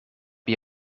bij